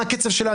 מה הקצב שלה,